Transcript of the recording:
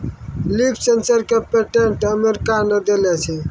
Leaf sensor क patent America ने देलें छै?